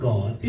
God